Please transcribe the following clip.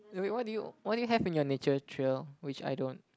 wait wait what do you what do you have in your nature trail which I don't